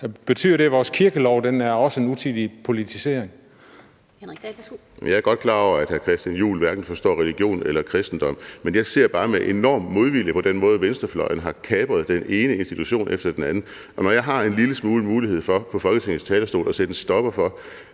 Henrik Dahl, værsgo. Kl. 12:09 Henrik Dahl (LA): Jeg er godt klar over, at hr. Christian Juhl hverken forstår religion eller kristendom, men jeg ser bare med en enorm modvilje på den måde, venstrefløjen har kapret den ene institution efter den anden. Og når jeg har en lille smule mulighed for på Folketingets talerstol at sætte en stopper for,